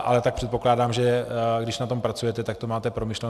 Ale tak předpokládám, že když na tom pracujete, tak to máte promyšleno.